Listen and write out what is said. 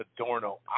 Adorno